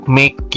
make